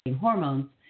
hormones